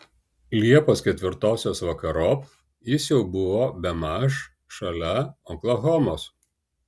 liepos ketvirtosios vakarop jis jau buvo bemaž šalia oklahomos